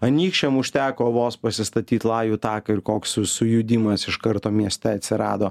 anykščiam užteko vos pasistatyt lajų taką ir koks su sujudimas iš karto mieste atsirado